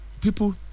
People